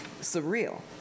surreal